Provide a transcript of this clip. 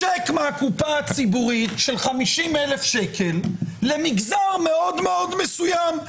צ'ק מהקופה הציבורית על סך 50,000 שקלים למגזר מאוד מסוים.